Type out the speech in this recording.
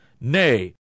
Nay